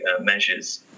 measures